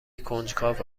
کنجکاو